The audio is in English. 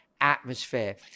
Atmosphere